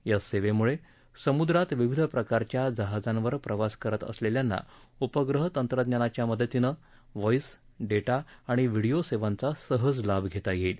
या सेवेमुळे समुद्रात विविध प्रकारच्या जहाजांवर प्रवास करत असलेल्यांना उपग्रह तंत्रज्ञानाच्या मदतीनं व्हॉईस डेटा आणि व्हिडियो सेवांचा सहज लाभ घेता येईल